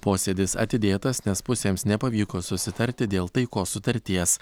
posėdis atidėtas nes pusėms nepavyko susitarti dėl taikos sutarties